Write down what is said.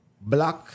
black